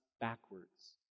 backwards